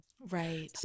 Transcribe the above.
Right